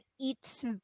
eats